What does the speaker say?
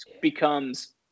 becomes